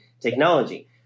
technology